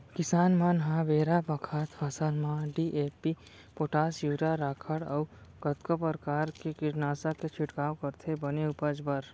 किसान मन ह बेरा बखत फसल म डी.ए.पी, पोटास, यूरिया, राखड़ अउ कतको परकार के कीटनासक के छिड़काव करथे बने उपज बर